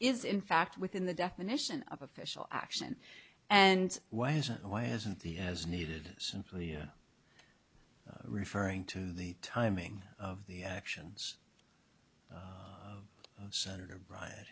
is in fact within the definition of official action and why isn't why isn't he as needed simply referring to the timing of the actions senator bryant